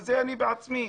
אני בעצמי,